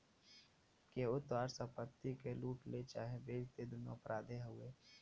केहू तोहार संपत्ति के लूट ले चाहे बेच दे दुन्नो अपराधे हउवे